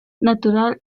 natural